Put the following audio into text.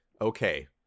Okay